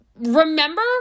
Remember